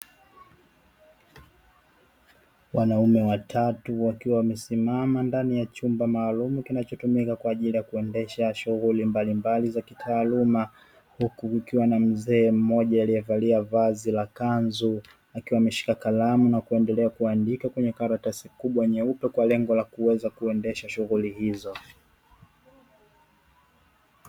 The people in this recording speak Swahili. Wanaume watatu wakiwa wamesimama ndani ya chumba maalumu kinachotumika kwa ajili ya kuendesha shughuli mbalimbali za kitaaluma, huku kukiwa na mzee mmoja aliyevalia vazi la kanzu akiwa ameshika kalamu na kuendelea kuandika kwenye karatasi kubwa nyeupe kwa lengo la kuweza kuendesha shughuli hizo.